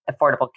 Affordable